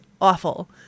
awful